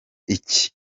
iki